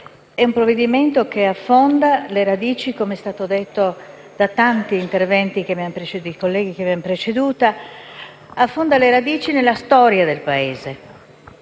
È un provvedimento che affonda le radici - com'è stato detto nei tanti interventi dei colleghi che mi hanno preceduta - nella storia del Paese